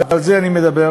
ועל זה אני מדבר,